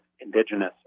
indigenous